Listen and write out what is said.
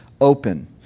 open